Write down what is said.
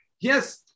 yes